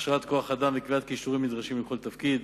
הכשרת כוח-אדם וקביעת כישורים נדרשים לכל תפקיד,